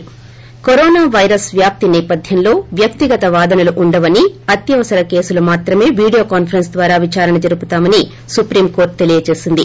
ి corona virus వ్యాప్తి నేపథ్యంలో వ్యక్తిగత వాదనలు ఉండవని అత్యవసర కేసులను మాత్రేమే వీడియో కాన్సరెస్స్ ద్వారా విచారణ జరుపుతామని సుప్రీం కోర్టు తెలియజేసింది